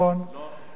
כך,